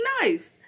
nice